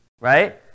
right